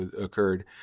occurred